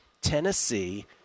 Tennessee